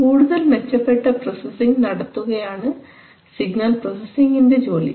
കൂടുതൽ മെച്ചപ്പെട്ട പ്രോസസിംഗ് നടത്തുകയാണ് സിഗ്നൽ പ്രോസസിംഗ്ൻറെ ജോലി